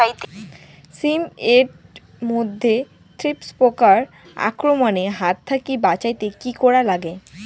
শিম এট মধ্যে থ্রিপ্স পোকার আক্রমণের হাত থাকি বাঁচাইতে কি করা লাগে?